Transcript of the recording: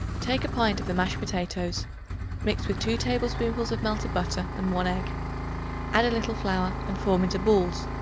take a pint of the mashed potatoes mix with two tablespoonfuls of melted butter and one egg add a little flour, and form into balls.